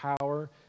power